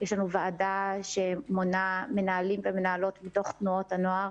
יש לנו ועדה שמונה מנהלים ומנהלות מתוך תנועות הנוער